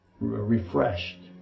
refreshed